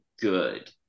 good